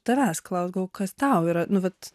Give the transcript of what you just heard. tavęs klaust galvoju kas tau yra nu vat